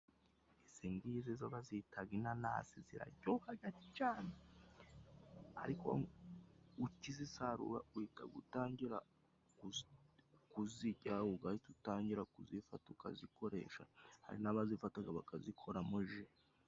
Izingizi zo bazitaga inanasi, zirajyohaga cyane ariko ukizisarura uhita utangira kuzijya ugahita utangira kuzifata ukazikoresha hari n'abazifataga bakazikoramo ji.